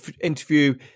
interview